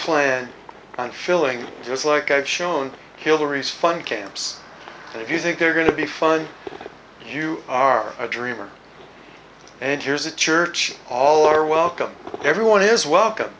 filling just like i've shown hillary's fun camps and if you think they're going to be fun you are a dreamer and here's a church all are welcome everyone is welcome